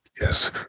yes